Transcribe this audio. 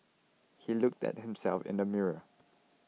he looked at himself in the mirror